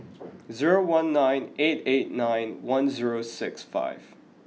zero one nine eight eight nine one zero six five